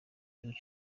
gihugu